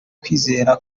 kwizera